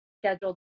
scheduled